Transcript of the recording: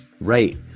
Right